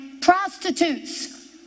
prostitutes